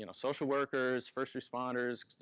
you know social workers, first responders,